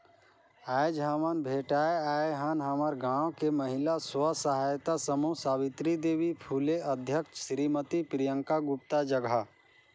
आयज हमन भेटाय आय हन हमर गांव के महिला स्व सहायता समूह सवित्री देवी फूले अध्यक्छता सिरीमती प्रियंका गुप्ता जघा